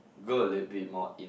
go a little bit more in